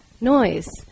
noise